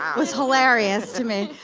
was hilarious to me.